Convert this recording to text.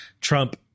Trump